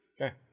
Okay